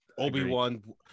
Obi-Wan